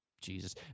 Jesus